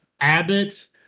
Abbott